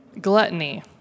Gluttony